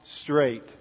straight